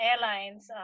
airlines